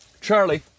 Charlie